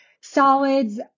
solids